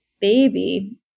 baby